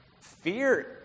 fear